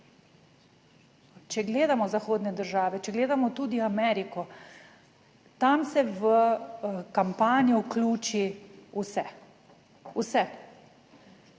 Če gledamo zahodne države, če gledamo tudi Ameriko, tam se v kampanjo vključi vse, vse,